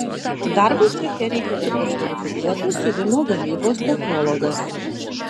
darbui ceche reikalingas kvalifikuotas siuvimo gamybos technologas